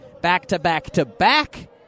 Back-to-back-to-back